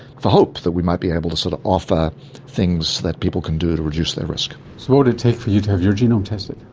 for hope that we might be able to sort of offer things that people can do to reduce their risk. so what would it take for you to have your genome tested?